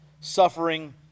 suffering